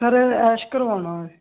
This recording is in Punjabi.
ਸਰ ਐਸ਼ ਕਰਵੋਣਾ ਮੈਂ